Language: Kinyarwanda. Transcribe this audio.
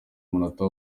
umunota